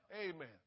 Amen